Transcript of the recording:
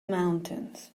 mountains